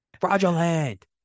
Fraudulent